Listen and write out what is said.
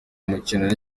mukino